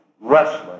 wrestling